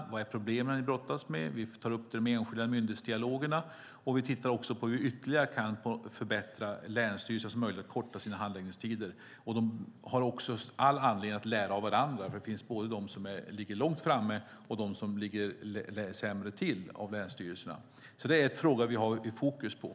Vilka är problemen ni brottas med? Vi tar också upp handläggningstiderna i de enskilda myndighetsdialogerna och tittar på hur vi ytterligare kan förbättra länsstyrelsernas möjligheter att korta dem. Länsstyrelserna har dessutom all anledning att lära av varandra, för det finns de som ligger långt framme och de som ligger sämre till. Det är alltså en fråga vi har fokus på.